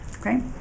Okay